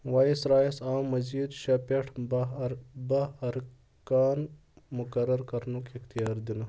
وائسرایس آو مزید شےٚ پٮ۪ٹھ بَہہ ار بہہ ارکان مُقرر کرنُک اِختیار دِنہٕ